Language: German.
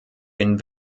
den